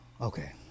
Okay